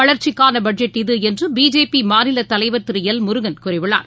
வளர்ச்சிக்கான பட்ஜெட் இது என்று பிஜேபி மாநில தலைவர் திரு எல் முருகன் கூறியுள்ளார்